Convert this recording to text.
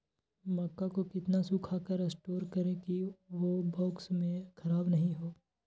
मक्का को कितना सूखा कर स्टोर करें की ओ बॉक्स में ख़राब नहीं हो?